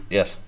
Yes